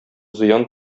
зыян